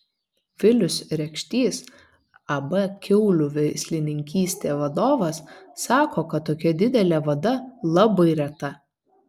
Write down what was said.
vilius rekštys ab kiaulių veislininkystė vadovas sako kad tokia didelė vada labai reta